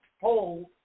hold